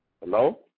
Hello